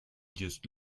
just